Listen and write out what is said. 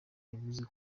yavuze